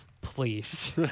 please